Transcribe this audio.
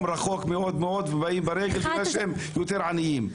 מאוד מרוחק ובאים ברגל כי הם יותר עניים.